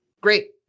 great